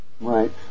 Right